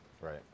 right